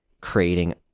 creating